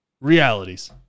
realities